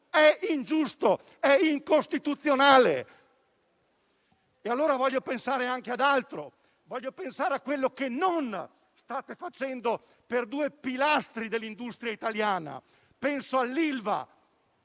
è ingiusto, è incostituzionale! Voglio pensare anche ad altro. Voglio pensare a quello che non state facendo per due pilastri dell'industria italiana. Penso all'Ilva,